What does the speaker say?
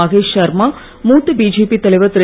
மகேஷ் சர்மா மூத்த பிஜேபி தலைவர் திரு